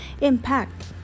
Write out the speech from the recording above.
impact